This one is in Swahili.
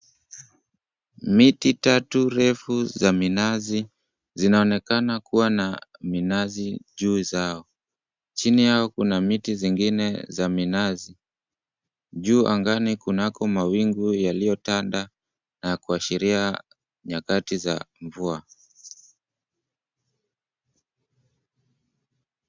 Miti tatu refu za minazi zinaonekana kuwa na minazi juu zao. Chini yao kuna miti zingine za minazi. Juu angani kunako mawingu yaliyotanda na kuashiria nyakati za mvua.